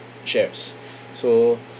shares so